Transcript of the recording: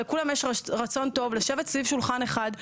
לכולם יש רצון טוב לשבת סביב שולחן אחד.